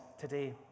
today